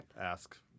ask